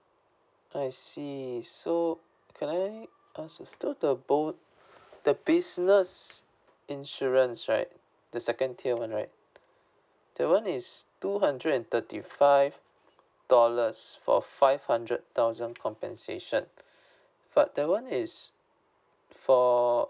I see so can I ask if so the both the business insurance right the second tier one right that one is two hundred and thirty five dollars for five hundred thousand compensation but that one is for